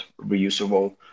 reusable